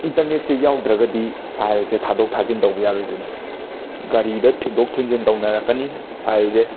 ꯏꯟꯇꯔꯅꯦꯠꯁꯦ ꯌꯥꯎꯗ꯭ꯔꯒꯗꯤ ꯐꯥꯏꯜꯁꯦ ꯊꯥꯗꯣꯛ ꯊꯥꯖꯤꯟ ꯇꯧꯕ ꯌꯥꯔꯣꯏꯗꯣꯏꯅꯤ ꯒꯥꯔꯤꯗ ꯊꯤꯟꯗꯣꯛ ꯊꯤꯟꯖꯤꯟ ꯇꯧꯅꯔꯛꯀꯅꯤ ꯐꯥꯏꯜꯁꯦ